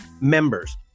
members